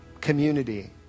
community